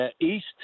east